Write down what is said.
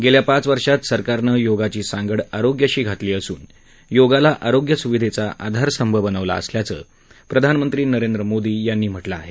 गेल्या पाच वर्षात सरकारनं योगाची सांगड आरोग्याशी घातली असून योगाला आरोग्य सुविधेचा आधारस्तंभ बनवला असल्याचं प्रधानमंत्री नरेंद्र मोदी यांनी म्हटलं आहे